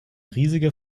riesige